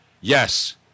yes